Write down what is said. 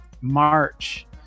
March